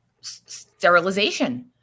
sterilization